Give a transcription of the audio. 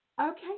okay